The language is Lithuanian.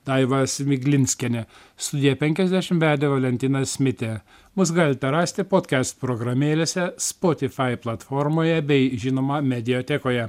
daiva sviglinskienė studiją penkiasdešim vedė valentinas mitė mus galite rasti potkest programėlėse spotifai platformoje bei žinoma mediotekoje